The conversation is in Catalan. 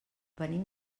venim